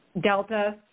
Delta